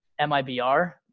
MIBR